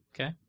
Okay